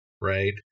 Right